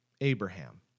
Abraham